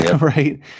right